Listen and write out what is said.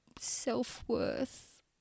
self-worth